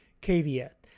Caveat